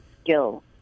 skills